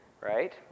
right